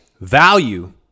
value